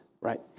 right